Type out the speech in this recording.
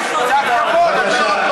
ראש הממשלה זה לא אורן חזן, זה ראש הממשלה.